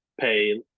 pay